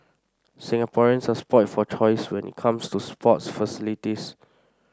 Singaporeans are spoilt for choice when it comes to sports facilities